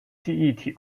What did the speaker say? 记忆体